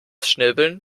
schnibbeln